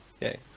yay